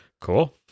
Cool